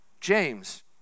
James